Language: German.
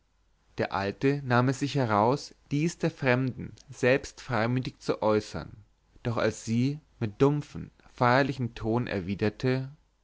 der alte nahm es sich heraus dies der fremden selbst freimütig zu äußern doch als sie mit dumpfem feierlichen ton erwiderte